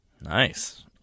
Nice